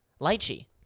Lychee